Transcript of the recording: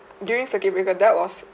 during circuit breaker that was